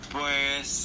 Pues